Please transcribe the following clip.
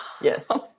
yes